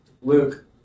Luke